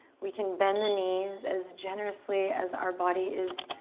we can bend the knees as generously as our body is